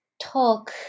talk